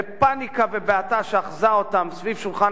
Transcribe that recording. בפניקה ובבעתה שאחזו אותם סביב שולחן